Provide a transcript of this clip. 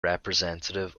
representative